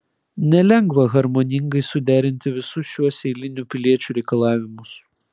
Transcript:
nelengva harmoningai suderinti visus šiuos eilinių piliečių reikalavimus